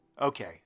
Okay